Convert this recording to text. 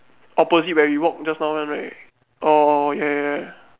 opposite where we walk just now one right orh ya ya ya